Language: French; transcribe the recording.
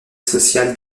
social